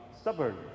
stubborn